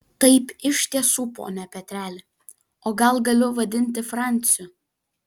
taip iš tiesų pone petreli o gal galiu vadinti franciu